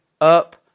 up